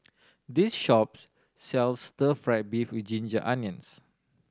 this shop sells Stir Fry beef with ginger onions